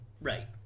right